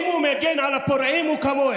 אם הוא מגן על הפורעים, הוא כמוהם.